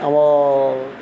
ଆମର୍